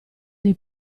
dei